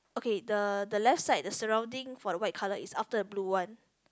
okay the the left side the surrounding for the white colour is after the blue one